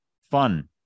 fun